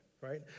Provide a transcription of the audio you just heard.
right